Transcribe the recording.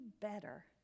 better